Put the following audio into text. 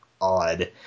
odd